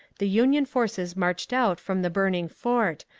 the union forces marched out from the burning fort,